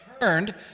turned